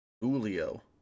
Julio